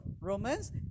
Romans